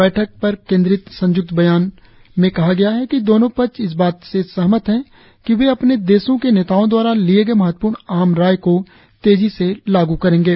बैठक पर केंद्रित संय्क्त बयान में कहा गया है कि दोनों पक्ष इस बात से सहमत है कि वे अपने देशों के नेताओं दवारा लिए गए महत्वपूर्ण आम राय को तेजी से लागू करेंगे